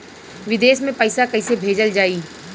विदेश में पईसा कैसे भेजल जाई?